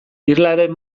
irlaren